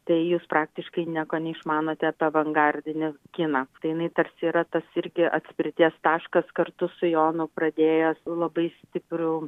tai jūs praktiškai nieko neišmanote apie avangardinį kiną tai jinai tarsi yra tas irgi atspirties taškas kartu su jonu pradėjęs labai stiprų